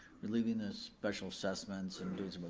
relieving the special assessments